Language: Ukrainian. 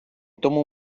тому